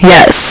Yes